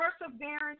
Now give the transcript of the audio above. perseverance